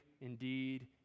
indeed